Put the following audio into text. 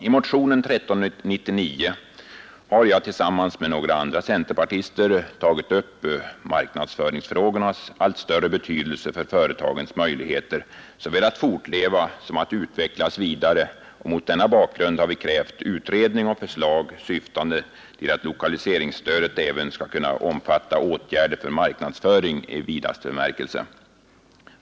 I motionen nr 1399 har jag tillsammans med några andra centerpartister tagit upp marknadsföringsfrågornas allt större betydelse för företagens möjligheter såväl att fortleva som att utvecklas vidare, och mot denna bakgrund har vi krävt utredning och förslag syftande till att lokaliseringsstödet även skall kunna omfatta åtgärder för marknadsföring i vid bemärkelse.